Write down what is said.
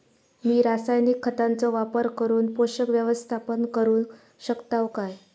मी रासायनिक खतांचो वापर करून पोषक व्यवस्थापन करू शकताव काय?